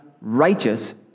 righteous